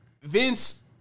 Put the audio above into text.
Vince